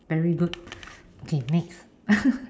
very good okay next